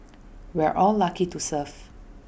we're all lucky to serve